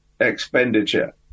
expenditure